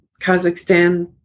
Kazakhstan